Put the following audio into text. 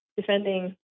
defending